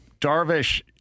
Darvish